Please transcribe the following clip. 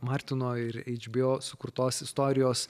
martino ir eidžbio sukurtos istorijos